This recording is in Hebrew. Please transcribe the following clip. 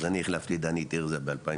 אז אני החלפתי את דני תרזה ב-2006.